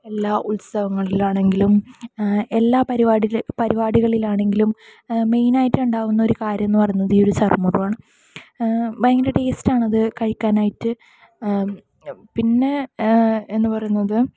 എല്ലാ ഉത്സവങ്ങളിലാണെങ്കിലും എല്ലാ പരിപാടി പരിപാടികളിലാണെങ്കിലും മെയിൻ ആയിട്ട് ഉണ്ടാവുന്ന ഒരു കാര്യം എന്നുപറയുന്നത് ഈ ഒരു ചറുമുറു ആണ് ഭയങ്കര ടേസ്റ്റ് ആണത് കഴിക്കാൻ ആയിട്ട് പിന്നെ എന്നു പറയുന്നത്